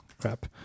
Crap